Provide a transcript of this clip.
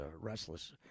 restless